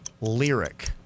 lyric